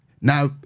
now